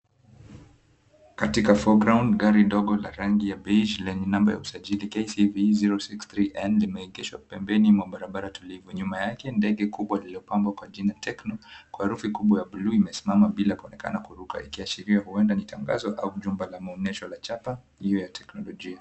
Katikati foreground gari ndogo la rangi ya beige lenye namba ya usajili KCV 063 N limeegeshwa pembeni mwa barabara tulivu. Nyuma yake ndege kubwa iliyopambwa kwa jina Tecno kwa herufi kubwa ya buluu imesimama bila kuonekana kuruka ikiashiria kuwa huenda kuwa ni tangazo ama jumba la maonyesho la chapa iliyo ya teknolijia.